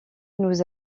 nous